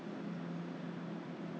让他冷冷 hor then